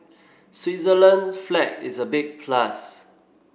Switzerland flag is a big plus